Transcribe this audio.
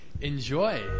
enjoy